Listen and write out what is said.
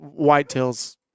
whitetails